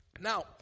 Now